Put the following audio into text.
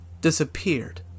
disappeared